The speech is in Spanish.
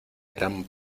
eran